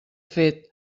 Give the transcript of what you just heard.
fet